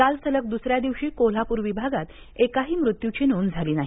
काल सलग दुसऱ्या दिवशी कोल्हापूर विभागात एकाही मृत्यूची नोंद झाली नाही